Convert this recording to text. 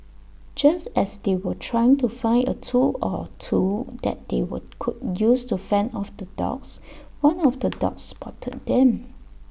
just as they were trying to find A tool or two that they were could use to fend off the dogs one of the dogs spotted them